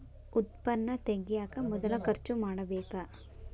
ಉತ್ಪನ್ನಾ ತಗಿಯಾಕ ಮೊದಲ ಖರ್ಚು ಮಾಡಬೇಕ